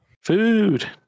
Food